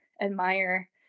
admire